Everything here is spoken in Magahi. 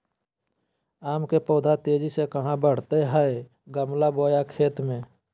आम के पौधा तेजी से कहा बढ़य हैय गमला बोया खेत मे?